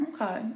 Okay